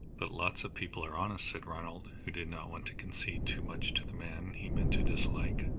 but lots of people are honest, said ronald, who did not want to concede too much to the man he meant to dislike.